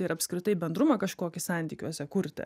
ir apskritai bendrumą kažkokį santykiuose kurti